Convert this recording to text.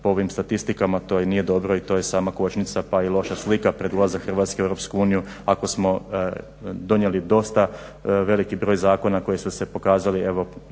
po ovim statistikama to nije dobro i to je sama kočnica pa i loša slika pred ulazak Hrvatske u EU ako smo donijeli dosta veliki broj zakona koji su se pokazali kao